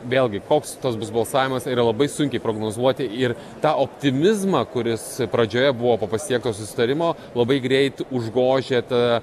vėlgi koks tas bus balsavimas yra labai sunkiai prognozuoti ir tą optimizmą kuris pradžioje buvo po pasiekto susitarimo labai greit užgožia ta